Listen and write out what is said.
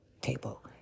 table